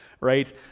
right